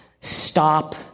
stop